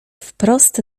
wprost